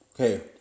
okay